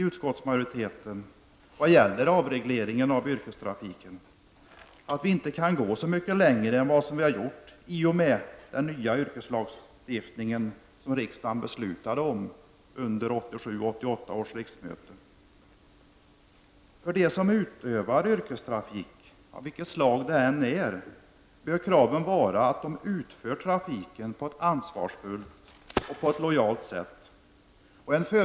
Utskottsmajoriteten anser alltså beträffande avregleringen av yrkestrafiken att man inte kan gå så mycket längre än vad som skett i och med den nya yrkeslagstiftningen som riksdagen fattade beslut om under 1987/88 års riksmöte. För dem som utövar yrkestrafik, av vilket slag det än är, bör kraven vara att de bedriver trafiken på ett ansvarsfullt och lojalt sätt.